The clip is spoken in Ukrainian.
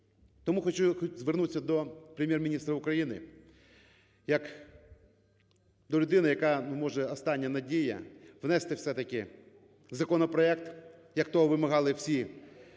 Тому хочу звернутись до Прем'єр-міністра України як до людини, яка, може, остання надія, внести все-таки законопроект, як того вимагали всі